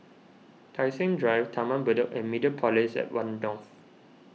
Tai Seng Drive Taman Bedok and Mediapolis at one North